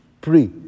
pray